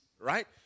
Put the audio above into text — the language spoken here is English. right